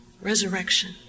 resurrection